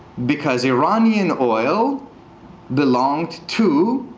because iranian oil belonged to